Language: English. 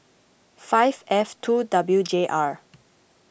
five F two W J R